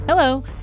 Hello